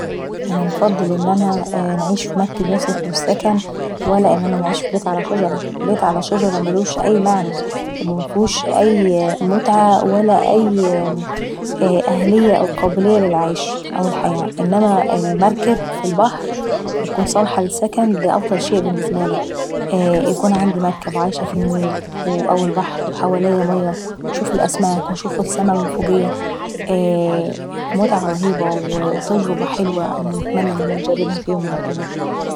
انا انفضل ان انا نعيش في مركب يصلح للسكن ولا ان انا نعيش على بيت على شجرة. بيت على شجرة مالوش أي معنى ومفيهوش أي متعة ولا ليه أي قابلية او أهلية للعيش. انما المركب في البحر بتكون صالحة للسكن دي افضل شيء بالنسبة لاي. يكون عندي مركب وعايشة في النيل وحواليا بحر وانشوف الاسماك ونشوف السما من فوقيا، دي متعة حلوة نتمنى اني نجربها في يوم من الأيام.